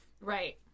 Right